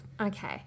okay